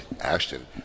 Ashton